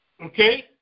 Okay